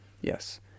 yes